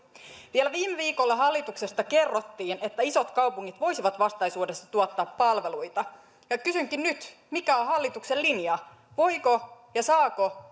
vielä viime viikolla hallituksesta kerrottiin että isot kaupungit voisivat vastaisuudessa tuottaa palveluita ja kysynkin nyt mikä on hallituksen linja voiko ja saako